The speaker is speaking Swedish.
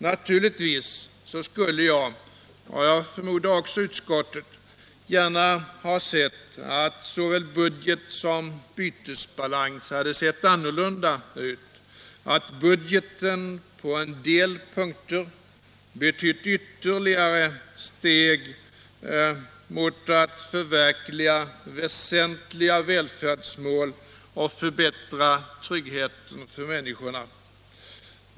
Naturligtvis skulle jag — och jag förmodar också utskottet — gärna ha sett att såväl budget som bytesbalans hade sett annorlunda ut, att budgeten på en del punkter betytt ytterligare steg mot att förverkliga väsentliga välfäårdsmål och förbättra tryggheten för människorna.